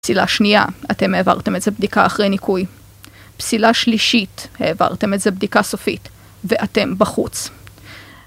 פסילה שנייה, אתם העברתם את זו בדיקה אחרי ניקוי. פסילה שלישית, העברתם את זו בדיקה סופית, ואתם בחוץ.